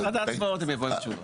הם כבר יבואו עם תשובות.